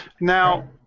Now